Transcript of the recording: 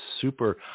super